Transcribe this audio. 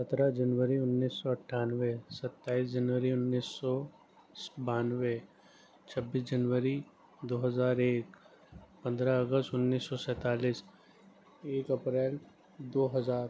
سترہ جنوری انیس سو اٹھانوے ستائیس جنوری انیس سو بانوے چھبیس جنوری دو ہزار ایک پندرہ اگست انیس سو سینتالیس ایک اپریل دو ہزار